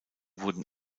wurden